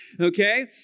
okay